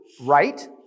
right